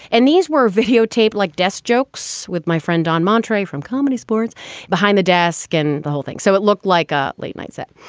and these were videotape like desk jokes with my friend don monterey from comedy sports behind the desk and the whole thing. so it looked like a late-night set.